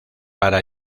para